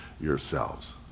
yourselves